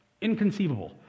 inconceivable